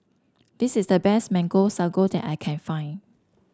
this is the best Mango Sago that I can find